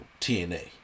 TNA